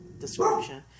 description